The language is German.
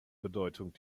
bedeutung